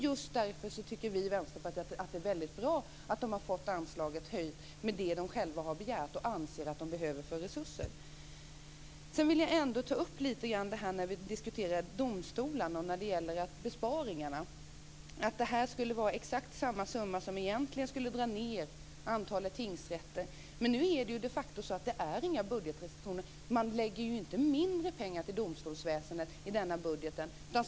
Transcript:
Just därför tycker vi i Vänsterpartiet att det är väldigt bra att man har fått anslaget höjt med det man själv har begärt och anser att man behöver. Sedan vill jag lite grann ta upp diskussionen om domstolarna och besparingarna och att detta skulle vara exakt samma summa som egentligen skulle dra ned antalet tingsrätter. Men nu handlar det de facto inte om några budgetrestriktioner. Man lägger ju inte mindre pengar till domstolsväsendet i denna budget.